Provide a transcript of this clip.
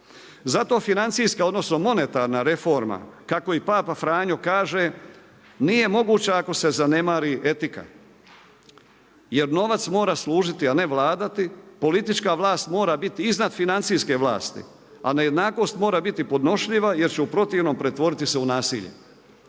Zato financijska odnosno monetarna reforma kako i papa Franjo kaže nije moguća ako se zanemari etika jer novac mora služiti a ne vladati, politička vlast mora biti iznad financijske vlasti a nejednakost mora biti podnošljiva jer će u protivnom pretvoriti se u nasilje.